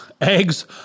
Eggs